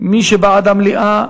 מי שבעד המליאה,